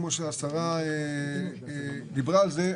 כמו שהשרה דיברה על זה.